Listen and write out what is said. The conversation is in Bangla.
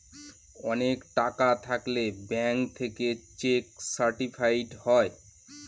অনেক টাকা থাকলে ব্যাঙ্ক থেকে চেক সার্টিফাইড হয়